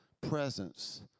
presence